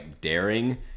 daring